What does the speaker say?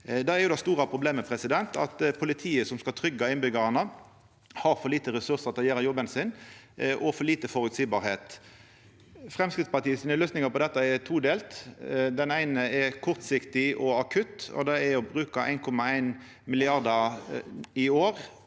Det er det store problemet, at politiet som skal tryggja innbyggjarane, har for lite ressursar til å gjera jobben sin og for lite føreseielegheit. Framstegspartiet sine løysingar på dette er todelte. Den eine er kortsiktig og akutt, og det er å bruka 1,1 mrd. kr